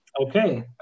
Okay